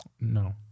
No